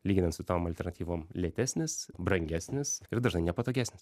lyginant su tom alternatyvom lėtesnis brangesnis ir dažnai nepatogesnis